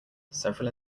several